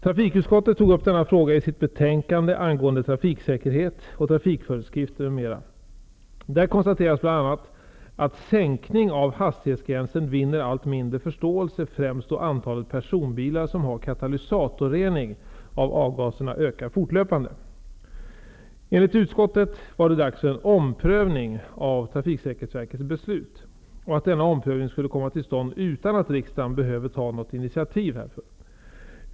Trafikutskottet tog upp denna fråga i sitt betänkande angående trafiksäkerhet och trafikföreskrifter m.m. . Där konstateras bl.a. att sänkning av hastighetsgränsen vinner allt mindre förståelse främst då antalet personbilar som har katalysatorrening av avgaserna ökar fortlöpande. Enligt utskottet var det dags för en omprövning av Trafiksäkerhetsverkets beslut och att denna omprövning skulle komma till stånd utan att riksdagen behöver ta något initiativ härför.